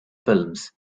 films